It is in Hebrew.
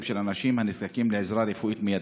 של אנשים הנזקקים לעזרה רפואית מיידית.